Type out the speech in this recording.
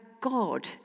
God